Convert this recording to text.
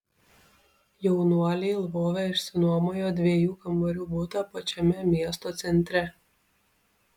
jaunuoliai lvove išsinuomojo dviejų kambarių butą pačiame miesto centre